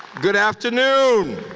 good afternoon.